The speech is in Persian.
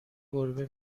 گربه